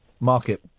market